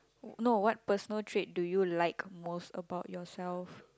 no what personal trait do you like most about yourself